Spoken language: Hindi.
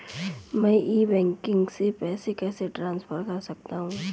मैं ई बैंकिंग से पैसे कैसे ट्रांसफर कर सकता हूं?